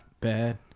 Bad